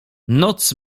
noc